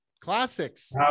classics